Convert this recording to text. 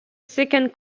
second